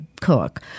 cook